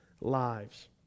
lives